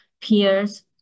peers